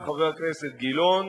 חבר הכנסת גילאון,